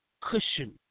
cushion